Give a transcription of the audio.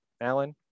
Alan